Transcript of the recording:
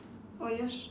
oh yes